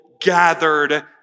gathered